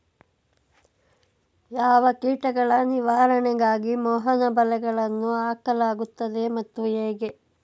ಯಾವ ಕೀಟಗಳ ನಿವಾರಣೆಗಾಗಿ ಮೋಹನ ಬಲೆಗಳನ್ನು ಹಾಕಲಾಗುತ್ತದೆ ಮತ್ತು ಹೇಗೆ?